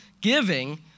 Giving